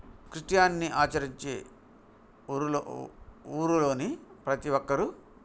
క్రిస్టియాన్ని ఆచరించి ఊరులోని ప్రతీ ఒక్కరు